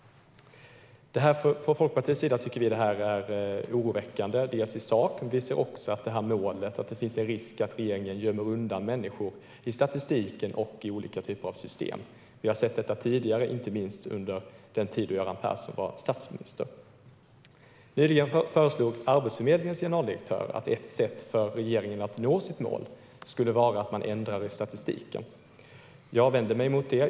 Från Folkpartiets sida tycker vi att det är oroväckande i sak. Vi anser också att målet innebär att det finns en risk att regeringen gömmer undan människor i statistiken och i olika typer av system. Vi har sett detta tidigare, inte minst under den tid då Göran Persson var statsminister. Nyligen föreslog Arbetsförmedlingens generaldirektör att ett sätt för regeringen att nå sitt mål skulle vara att ändra i statistiken. Jag vänder mig mot det.